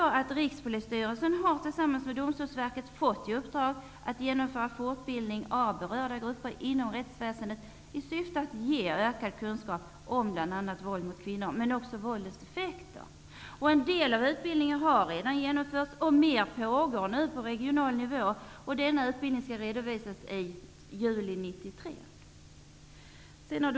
Rikspolisstyrelsen har tillsammans med Domstolsverket fått i uppdrag att genomföra fortbildning av berörda grupper inom rättsväsendet i syfte att ge ökad kunskap om bl.a. våld mot kvinnor, men också om våldets effekter. En del av utbildningen har redan genomförts, och mer pågår nu på regional nivå. Denna utbildning skall redovisas i juli 1993.